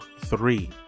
three